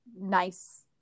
nice